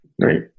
right